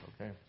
okay